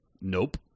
Nope